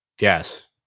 Yes